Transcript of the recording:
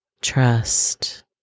trust